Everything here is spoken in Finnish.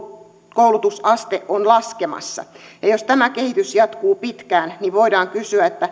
koulutusaste on laskemassa ja ja jos tämä kehitys jatkuu pitkään niin voidaan kysyä